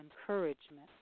encouragement